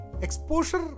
Exposure